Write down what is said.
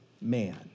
man